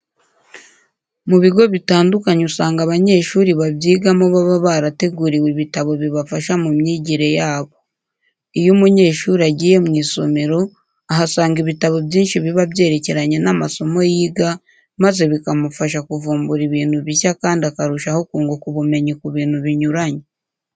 Mu bigo bitandukanye usanga abanyeshuri babyigamo baba barateguriwe ibitabo bibafasha mu myigire yabo. Iyo umunyeshuri agiye mu isomero ahasanga ibitabo byinshi biba byerekeranye n'amasomo yiga amaze bikamufasha kuvumbura ibintu bishya kandi akarushaho kunguka ubumenyi ku bintu binyuranye.